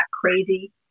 crazy